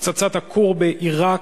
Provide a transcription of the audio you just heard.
הפצצת הכור בעירק.